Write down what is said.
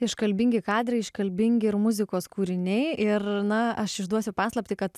iškalbingi kadrai iškalbingi ir muzikos kūriniai ir na aš išduosiu paslaptį kad